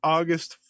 August